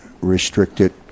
restricted